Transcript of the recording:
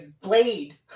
Blade